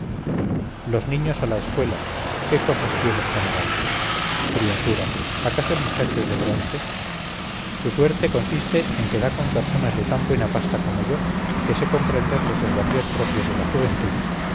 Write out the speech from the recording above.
los niños a la escuela qué cosas tiene esta amaranta criatura acaso el muchacho es de bronce su suerte consiste en que da con personas de tan buena pasta como yo que sé comprender los desvaríos propios de la juventud